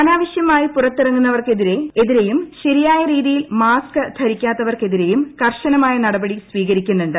അനാവശ്യമായി പുറത്തിറങ്ങുന്നവർക്കെതിരെയും ശരിയായ രീതിയിൽ മാസ്ക് ധരിക്കാത്തവർക്കെതിരെയും കർശനമായ നടപടി സ്വീകരിക്കുന്നുണ്ട്